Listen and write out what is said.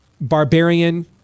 Barbarian